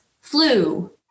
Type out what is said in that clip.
flu